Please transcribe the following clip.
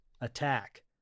attack